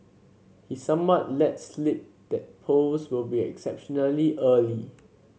he somewhat let slip that polls will be exceptionally early